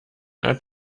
als